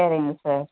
சரிங்க சார்